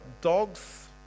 dogs